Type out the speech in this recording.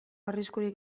arriskurik